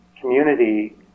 community